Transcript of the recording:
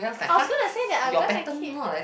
I was gonna say that I will gonna keep